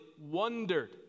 wondered